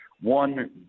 one